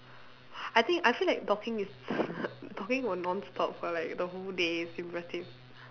I think I feel like talking is talking for non-stop for like the whole day is impressive